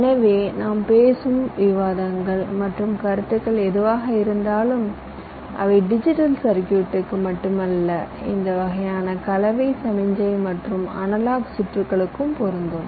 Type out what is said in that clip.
எனவே நாம் பேசும் விவாதங்கள் மற்றும் கருத்துகள் எதுவாக இருந்தாலும் அவை டிஜிட்டல் சர்க்யூட்க்கு மட்டுமல்ல இந்த வகையான கலவை சமிக்ஞை மற்றும் அனலாக் சுற்றுகளுக்கும் பொருந்தும்